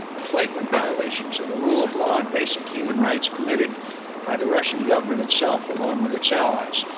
the flagrant violations of the rule of law and basic human rights committed by the russian government itself, along with its allies.